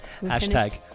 Hashtag